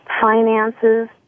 finances